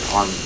on